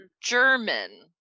German